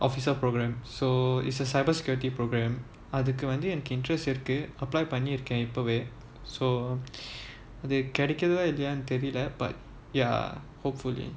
officer programs so it's a cyber security program அதுக்கு வந்து எனக்கு:athuku vanthu enaku interest இருக்கு:iruku apply பண்ணிருக்கேன் இப்போவே:panniruken ippove so they அது கிடைக்குதா இல்லையானு தெரில:athu kidaikuthaa illayaanu therila but ya hopefully